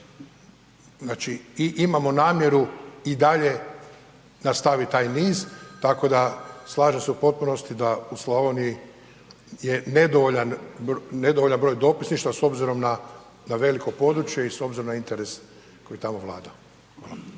znači i imamo namjeru i dalje nastavit taj niz, tako da slažem se u potpunosti da u Slavoniji je nedovoljan, nedovoljan broj dopisništva s obzirom na, na veliko područje i s obzirom na interes koji tamo vlada.